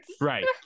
right